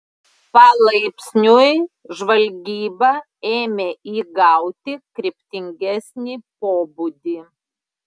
palaipsniui žvalgyba ėmė įgauti kryptingesnį pobūdį